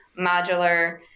modular